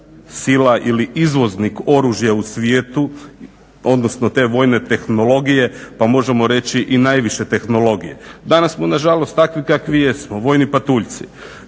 ili izvoznik oružja u svijetu, odnosno te vojne tehnologije pa možemo reći i najviše tehnologije. Danas smo na žalost takvi kakvi jesmo, vojni patuljci.